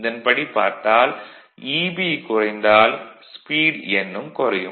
இதன்படி பார்த்தால் Eb குறைந்தால் ஸ்பீட் n ம் குறையும்